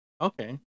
Okay